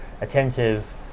attentive